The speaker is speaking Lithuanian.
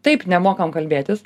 taip nemokam kalbėtis